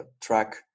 track